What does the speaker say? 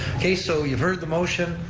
okay, so you've heard the motion,